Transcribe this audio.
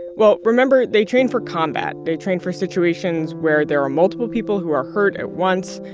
well, remember they train for combat. they train for situations where there are multiple people who are hurt at once.